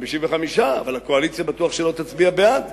55, אבל הקואליציה ודאי שלא תצביע בעד,